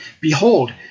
behold